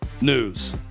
news